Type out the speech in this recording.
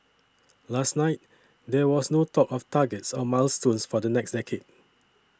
last night there was no talk of targets or milestones for the next decade